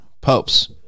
popes